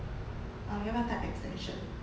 uh 要不要带 extension